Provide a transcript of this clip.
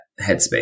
headspace